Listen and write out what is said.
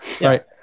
Right